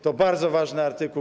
To bardzo ważny artykuł.